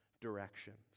directions